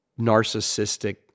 narcissistic